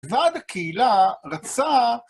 ועד הקהילה רצה...